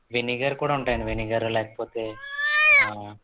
vinegar కూడా ఉంటాయండి vinegar లేకపోతే